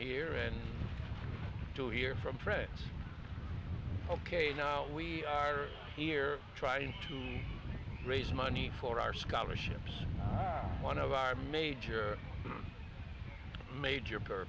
here in to hear from friends ok now we are here trying to raise money for our scholarships one of our major major p